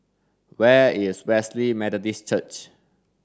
where is Wesley Methodist Church